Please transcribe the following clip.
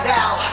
now